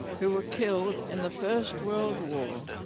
who were killed in the first world war.